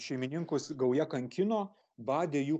šeimininkus gauja kankino badė jų